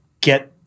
get